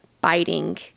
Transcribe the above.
biting